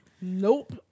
Nope